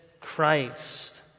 Christ